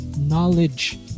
knowledge